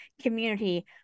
community